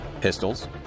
Pistols